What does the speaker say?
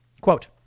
quote